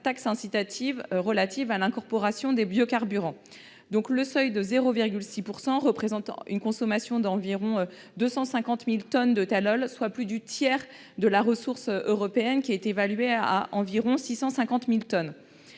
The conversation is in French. incitative relative à l'incorporation de biocarburants (Tirib). Le seuil de 0,6 % représente un volume d'environ 250 000 tonnes de tallol par an, soit plus du tiers de la ressource européenne, évaluée à environ 650 000 tonnes.